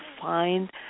find